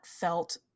felt